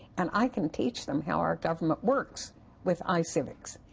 and i can teach them how our government works with icivics.